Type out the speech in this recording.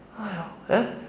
!aiyo! eh